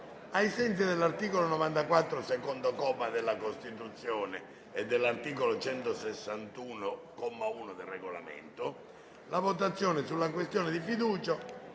Grazie,